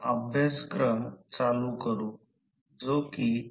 तर विद्युत प्रवाह I2 आघाडीवर आहे